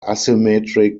asymmetric